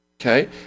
Okay